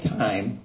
time